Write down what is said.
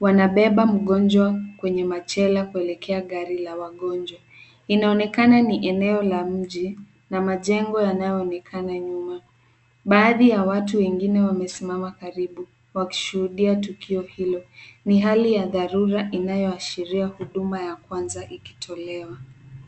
wanabeba mgonjwa kwenye machela kuelekea gari la wagonjwa. Inaonekana ni eneo la mji na majengo yanayoonekana nyuma. Baadhi ya watu wengine wamesimama karibu, wakishuhudia tukio hilo. Ni hali ya dharura inayoashiria huduma ya kwanza ikitolewa.